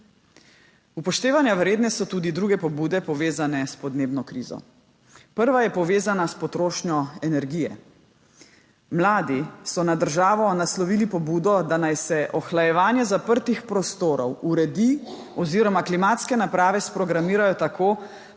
Upoštevanja vredne so tudi druge pobude, povezane s podnebno krizo. Prva je povezana s potrošnjo energije. Mladi so na državo naslovili pobudo, da naj se ohlajevanje zaprtih prostorov uredi oziroma klimatske naprave sprogramirajo tako,